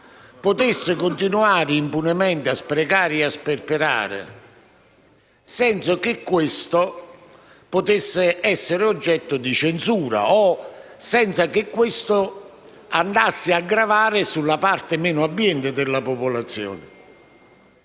potesse continuare impunemente a sprecare e a sperperare, senza che questo possa essere oggetto di censura o senza che questo vada a gravare sulla parte meno abbiente della popolazione.